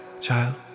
child